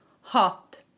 hot